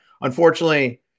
Unfortunately